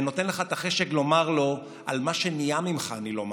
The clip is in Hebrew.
ונותן את החשק לומר לו: על מה שנהיה ממך אני לא מאמין.